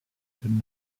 did